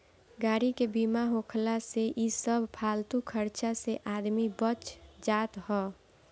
गाड़ी के बीमा होखला से इ सब फालतू खर्चा से आदमी बच जात हअ